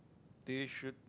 they should